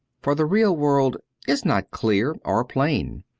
for the real world is not clear or plain.